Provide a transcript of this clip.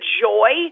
joy